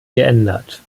geändert